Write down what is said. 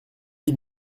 ils